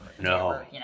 no